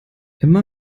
emma